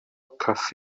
cafe